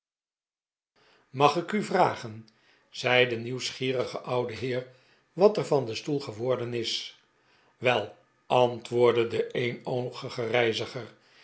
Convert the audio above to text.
mag ik u vragen zei de nieuwsgierige oude heer wat er van den stoel geworden is wel antwoordde de eenoogige reiziger